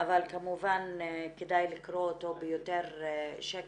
אבל כמובן כדאי לקרוא אותו יותר בשקט.